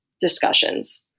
discussions